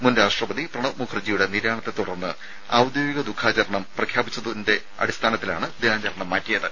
മുൻ രാഷ്ട്രപതി പ്രണബ് മുഖർജിയുടെ നിര്യാണത്തെത്തുടർന്ന് ഔദ്യോഗിക ദുഃഖാചരണം പ്രഖ്യാപിച്ചതിനാലാണ് ദിനാചരണം മാറ്റിയത്